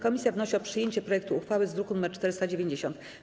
Komisja wnosi o przyjęcie projektu uchwały z druku nr 490.